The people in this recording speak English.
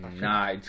Nah